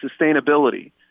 sustainability